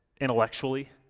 intellectually